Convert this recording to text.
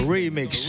Remix